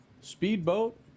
speedboat